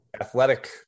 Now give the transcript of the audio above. Athletic